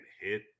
hit